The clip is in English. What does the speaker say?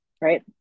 right